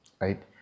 Right